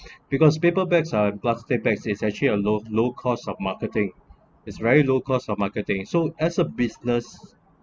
because paper bags and plastic bags is actually a low low cost of marketing is very low cost of marketing so as a business